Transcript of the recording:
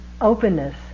Openness